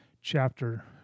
chapter